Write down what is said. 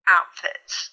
outfits